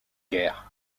guerres